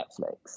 Netflix